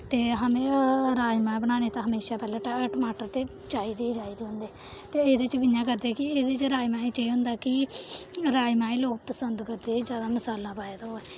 ते हमें राजमांह् बनाने दा हमेशा पैह्लें ट टमाटर ते चाहिदे ही चाहिदे होंदे ते एह्दे च बी इ'यां करदे कि एह्दे च राजमांहें च एह् होंदा कि राजमांहें ई लोग पसंद करदे जादा मसाला पाए दा होऐ